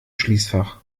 schließfach